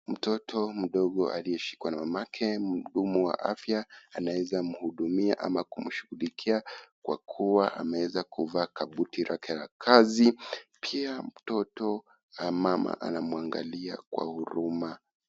Mtoto mdogo aliyeshikwa na mamake mhudumu wa afya anaweza kumhudumia ama kushughulikia kwa kua ameweza kuvaa kabuti lake la kazi pia mtoto ama mama anamuangalia kwa huruma.